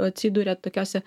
atsiduria tokiuose